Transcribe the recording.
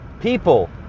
people